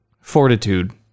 fortitude